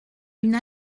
une